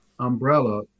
umbrella